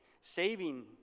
saving